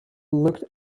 looked